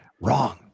wrong